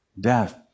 death